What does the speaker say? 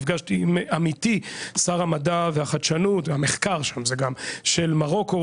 נפגשתי עם עמיתי שר המדע החדשנות והמחקר שם זה גם של מרוקו,